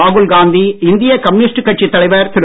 ராகுல் காந்தி இந்திய கம்யூனிஸ்ட் கட்சித் தலைவர் திரு